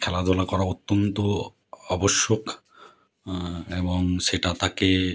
খেলাধুলা করা অত্যন্ত আবশ্যক এবং সেটা তাকে